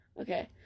Okay